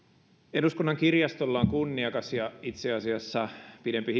eduskunnan kirjastolla on kunniakas historia ja itse asiassa pidempi